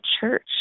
church